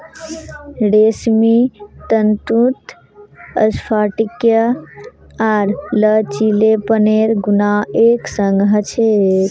रेशमी तंतुत स्फटिकीय आर लचीलेपनेर गुण एक संग ह छेक